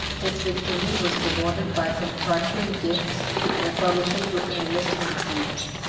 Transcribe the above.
his victory was rewarded by some trifling gifts, and a permission to enlist in the troops.